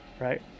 right